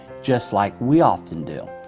just like we often do,